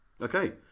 Okay